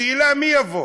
השאלה מי יבוא,